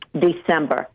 December